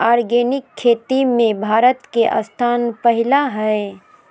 organic खेती में भारत के स्थान पहिला हइ